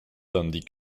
tandis